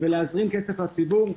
ולהזרים כסף לציבור,